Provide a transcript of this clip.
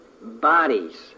bodies